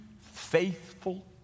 faithful